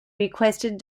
requested